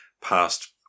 past